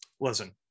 Listen